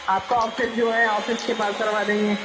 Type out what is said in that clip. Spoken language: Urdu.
آپ کا آفس جو ہے آفس کے پاس کروا دیں گے